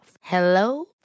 Hello